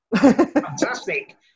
Fantastic